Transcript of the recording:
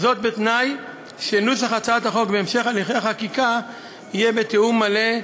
וזאת בתנאי שנוסח הצעת החוק בהמשך הליכי החקיקה יהיה בתיאום מלא,